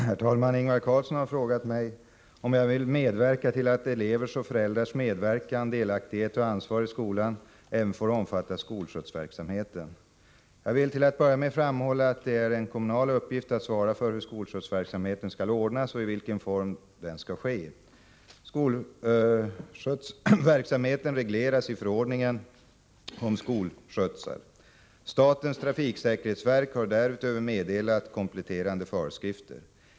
Herr talman! Ingvar Karlsson i Bengtsfors har frågat mig om jag vill medverka till att elevers och föräldrars medverkan, delaktighet och ansvar i skolan även får omfatta skolskjutsverksamheten. Jag vill till att börja med framhålla att det är en kommunal uppgift att svara för hur skolskjutsverksamheten skall ordnas och i vilken form den skall ske. Skolskjutsverksamheten regleras i förordningen om skolskjutsning. Statens trafiksäkerhetsverk har därutöver meddelat kompletterande föreskrifter.